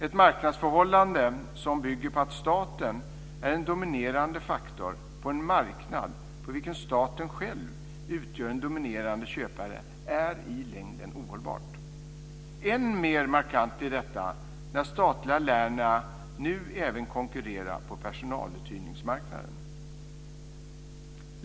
Ett marknadsförhållande som bygger på att staten är en dominerande faktor på en marknad på vilken staten själv utgör en dominerande köpare är i längden ohållbart. Än mer markant blir detta när statliga Lernia nu även konkurrerar på personaluthyrningsmarknaden.